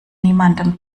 niemandem